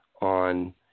on